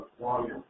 volume